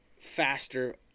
faster